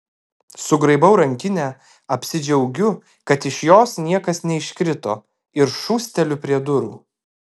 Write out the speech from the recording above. sugraibau rankinę apsidžiaugiu kad iš jos niekas neiškrito ir šūsteliu prie durų